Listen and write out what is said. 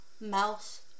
Mouse